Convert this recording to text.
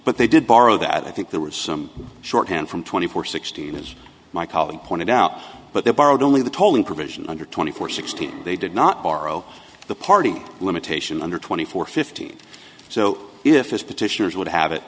but they did borrow that i think there was some short hand from twenty four sixteen as my colleague pointed out but they borrowed only the tolling provision under twenty four sixteen they did not borrow the party limitation under twenty four fifteen so if it's petitioners would ha